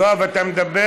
יואב, אתה מדבר?